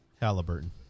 Halliburton